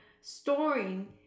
storing